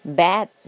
bad